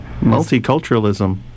multiculturalism